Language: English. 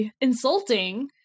insulting